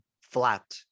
flat